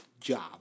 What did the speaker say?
job